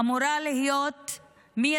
אמורה להיות מיידית,